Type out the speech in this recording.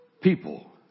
people